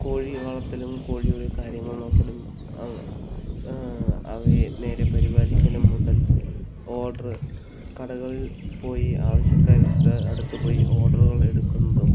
കോഴി വളർത്തലും കോഴിയുടെ കാര്യങ്ങൾ നോക്കലും അവ അവയെ നേരെ പരിപാലിക്കലും മുതൽ ഓർഡർ കടകളിൽ പോയി ആവശ്യക്കാരുടെ അടുത്ത് പോയി ഓർഡറുകൾ എടുക്കുന്നതും